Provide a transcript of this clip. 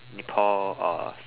Nepal or